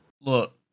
Look